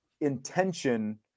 Intention